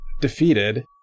defeated